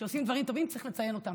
כשעושים דברים טובים צריך לציין אותם.